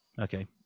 Okay